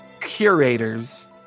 curators